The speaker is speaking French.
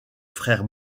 frères